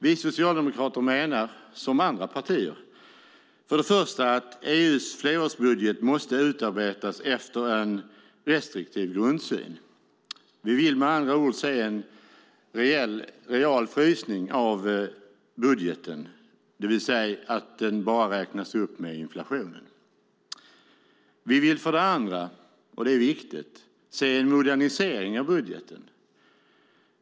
Vi socialdemokrater menar, liksom andra partier, för det första att EU:s flerårsbudget måste utarbetas efter en restriktiv grundsyn. Vi vill med andra ord se en real frysning av budgeten, det vill säga att den ska räknas upp med bara inflationen. Vi vill för det andra, vilket är viktigt, se en modernisering av budgeten.